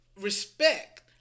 Respect